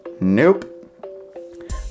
Nope